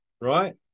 Right